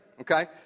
okay